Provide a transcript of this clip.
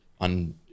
on